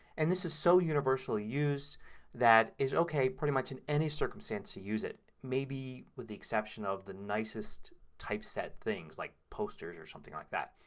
and this is so universally used that it's okay pretty much in any circumstance to use it. maybe with the exception of the nicest typeset things like posters or something like that.